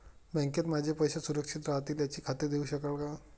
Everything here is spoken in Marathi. बँकेत माझे पैसे सुरक्षित राहतील याची खात्री देऊ शकाल का?